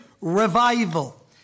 Revival